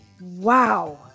Wow